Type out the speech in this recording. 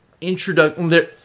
introduction